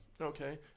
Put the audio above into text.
Okay